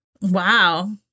Wow